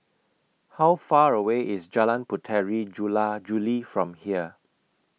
How Far away IS Jalan Puteri Jula Juli from here